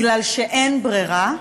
כי אין ברירה,